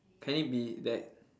can it be that